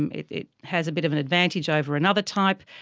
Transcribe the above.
um it it has a bit of an advantage over another type.